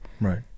Right